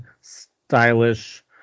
stylish